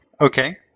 Okay